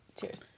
Cheers